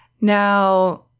Now